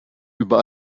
über